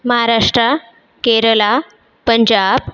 Maharashtra Kerala Punjab